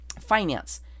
Finance